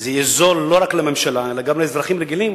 זה יהיה זול לא רק לממשלה, אלא גם לאזרחים רגילים